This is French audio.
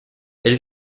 elle